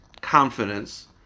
confidence